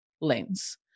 lens